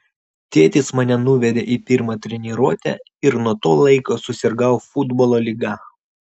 tėtis mane nuvedė į pirmą treniruotę ir nuo to laiko susirgau futbolo liga